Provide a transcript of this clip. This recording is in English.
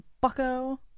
bucko